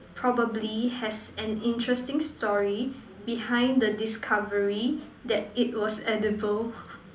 probably has an interesting story behind the discovery that it was edible